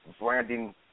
branding